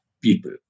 people